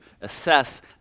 assess